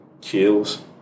kills